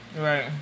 Right